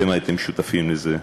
אתם הייתם שותפים לזה.